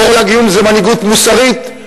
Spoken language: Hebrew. ואור לגויים זה מנהיגות מוסרית,